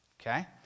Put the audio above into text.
okay